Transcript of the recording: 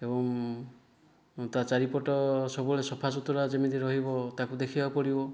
ଏବଂ ତା' ଚାରିପଟ ସବୁବେଳେ ସଫାସୁତୁରା ଯେମିତି ରହିବ ତାକୁ ଦେଖିବାକୁ ପଡ଼ିବ